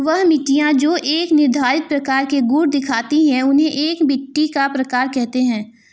वह मिट्टियाँ जो एक निर्धारित प्रकार के गुण दिखाती है उन्हें एक मिट्टी का प्रकार कहते हैं